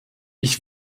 ich